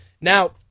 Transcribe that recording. Now